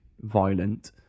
violent